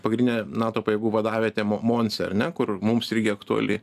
pagrindinė nato pajėgų vadavietė mo monse ane kur mums irgi aktuali